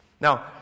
Now